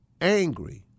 angry